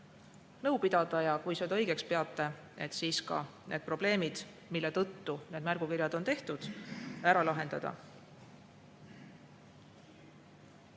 nõu pidada ja kui seda õigeks peate, siis ka need probleemid, mille tõttu need märgukirjad on tehtud, ära lahendada.